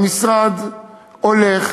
המשרד הולך